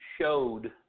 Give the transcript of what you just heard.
showed